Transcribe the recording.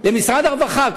למשרד הרווחה,